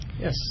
Yes